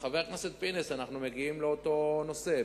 חבר הכנסת פינס, אנחנו מגיעים לאותו נושא.